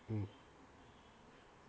mm